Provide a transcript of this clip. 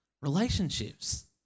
relationships